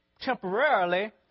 temporarily